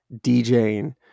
DJing